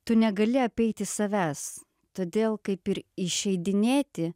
tu negali apeiti savęs todėl kaip ir išeidinėti